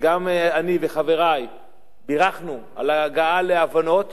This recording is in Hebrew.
וגם אני וחברי בירכנו על ההגעה להבנות,